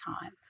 time